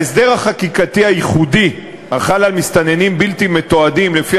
ההסדר החקיקתי הייחודי החל על מסתננים בלתי מתועדים לפי